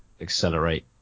accelerate